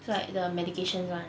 so like the medications one